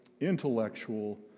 intellectual